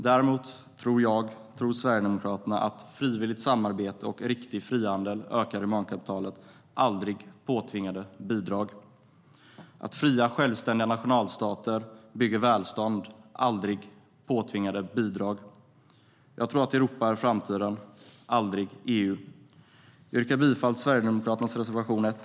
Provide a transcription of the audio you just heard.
Däremot tror jag och Sverigedemokraterna att frivilligt samarbete och riktig frihandel ökar humankapitalet - aldrig påtvingade bidrag. Fria och självständiga nationalstater bygger välstånd - aldrig påtvingade bidrag. Jag tror att Europa är framtiden - aldrig EU. Jag yrkar bifall till Sverigedemokraternas reservation 1.